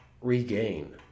regain